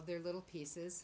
of their little pieces